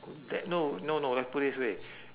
the~ no no no let's put this way